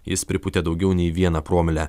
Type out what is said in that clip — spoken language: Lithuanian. jis pripūtė daugiau nei vieną promilę